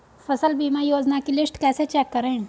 फसल बीमा योजना की लिस्ट कैसे चेक करें?